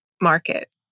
market